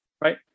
Right